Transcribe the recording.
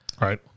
Right